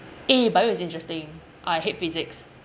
eh bio is interesting I hate physics